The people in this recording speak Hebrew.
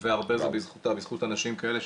והרבה זה בזכותה ובזכות אנשים כאלה,